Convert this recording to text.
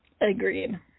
Agreed